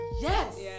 yes